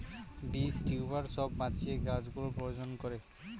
বীজ, টিউবার সব বাঁচিয়ে গাছ গুলোর প্রজনন করে